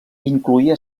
incloïa